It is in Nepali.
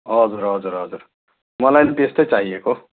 हजुर हजुर हजुर मलाई पनि त्यस्तै चाहिएको